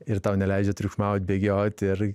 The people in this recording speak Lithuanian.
ir tau neleidžia triukšmaut bėgiot ir